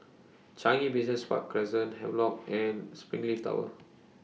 Changi Business Park Crescent Havelock and Springleaf Tower